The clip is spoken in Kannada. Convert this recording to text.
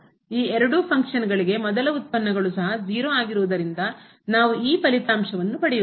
ಈ ಎರಡು ಫಂಕ್ಷನಗಳಿಗೆ ಕಾರ್ಯಗಳಿಗೆ ಮೊದಲ ಉತ್ಪನ್ನಗಳು ಸಹ 0 ಆಗಿರುವುದರಿಂದ ನಾವು ಈ ಫಲಿತಾಂಶವನ್ನು ಪಡೆಯುತ್ತೇವೆ